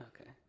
okay